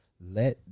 let